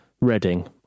Reading